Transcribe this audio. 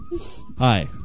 Hi